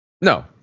No